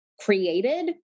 created